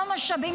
כמה משאבים,